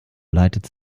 leitet